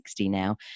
now